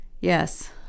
Yes